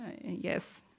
Yes